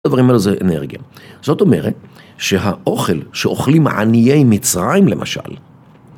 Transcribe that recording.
הדברים האלו זה אנרגיה, זאת אומרת שהאוכל שאוכלים עניי מצרים למשל